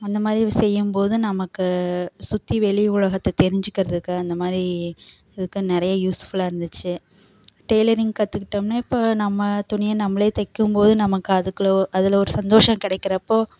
அந்தமாதிரி செய்யும் போது நமக்கு சுற்றி வெளி உலகத்தை தெரிஞ்சுக்கிறதுக்கு அந்தமாதிரி இதுக்கு நிறைய யூஸ்ஃபுல்லாக இருந்துச்சு டெய்லரிங் கற்றுக்கிட்டம்னா இப்போ நம்ம துணியை நம்மளே தைக்கும்போது நமக்கு அதுக்குள்ளே அதில் ஒரு சந்தோஷம் கிடைக்கறப்போ